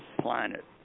planet